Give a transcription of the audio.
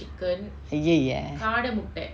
ya ya